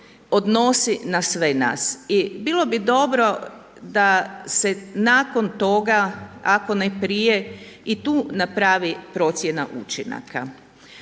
odnosi na sve nas. I bilo bi dobro da se nakon toga ako ne prije i tu napravi procjena učinaka.